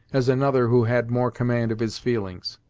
as another who had more command of his feelings.